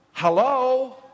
hello